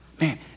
Man